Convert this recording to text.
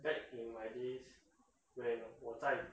back to my days when 我在